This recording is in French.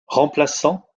remplaçant